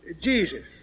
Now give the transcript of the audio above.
Jesus